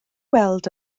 weld